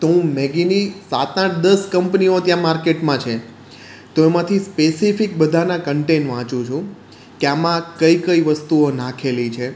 તો હું મેગીની સાત આઠ દસ કંપનીઓ ત્યાં માર્કેટમાં છે તો એમાંથી સ્પેસિફિક બધાનાં કન્ટેન વાંચુ છું કે આમાં કઈ કઈ વસ્તુઓ નાખેલી છે